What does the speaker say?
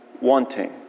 wanting